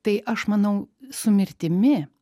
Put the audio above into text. tai aš manau su mirtimi